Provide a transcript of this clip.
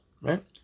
right